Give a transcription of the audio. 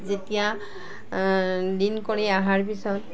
যেতিয়া দিন কৰি আহাৰ পিছত